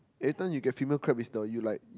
later you get female crab is the you like